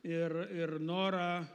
ir ir norą